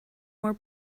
more